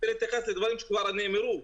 אני רוצה להתייחס לדברים שכבר נאמרו.